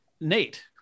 Nate